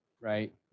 right